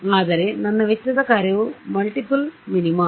ಆದರೆ ನನ್ನ ವೆಚ್ಚದ ಕಾರ್ಯವು ಮಲ್ಟಿಪಲ್ ಮಿನಿಮಾ